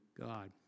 God